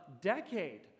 decade